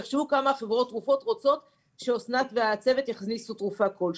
תחשבו כמה חברות התרופות רוצות שאסנת והצוות יכניסו תרופה כלשהי.